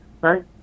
Right